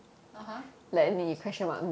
(uh huh)